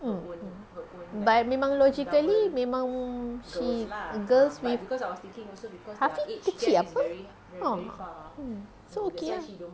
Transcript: mm but memang logically memang she girls with hafis hmm so okay ah